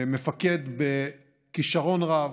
מפקד בכישרון רב,